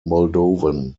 moldovan